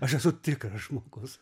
aš esu tikras žmogus